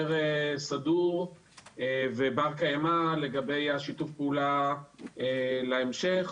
סדור ובר קיימא לגבי שיתוף הפעולה להמשך,